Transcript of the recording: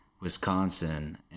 Wisconsin